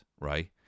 right